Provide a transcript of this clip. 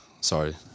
Sorry